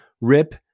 Rip